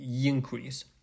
increase